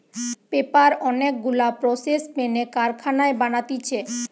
paper অনেক গুলা process মেনে কারখানায় বানাতিছে